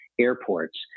airports